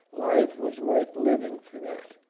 life was worth living for that